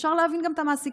אפשר להבין גם את המעסיקים,